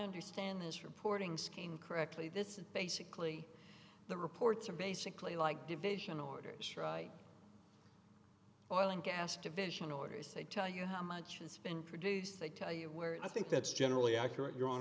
understand this reporting skiing correctly this is basically the reports are basically like division orders or oil and gas division orders they tell you how much it's been produced they tell you where i think that's generally accurate you're on